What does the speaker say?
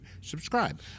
subscribe